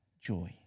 joy